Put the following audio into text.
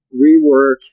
rework